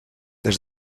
des